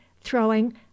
throwing